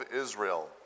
Israel